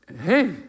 hey